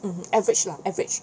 mmhmm average lah average